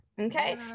okay